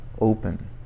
open